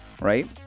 right